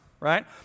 right